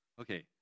okay